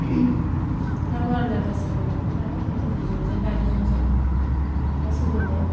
जुगफ्राबो आलदा आलदा सोलायलांबाय नालाय गोदोनि जुगजों दानि जुगजोंलाय बहा सोलिनो